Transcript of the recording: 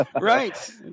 Right